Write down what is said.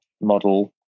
model